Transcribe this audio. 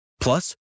Plus